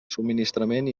subministrament